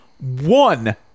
one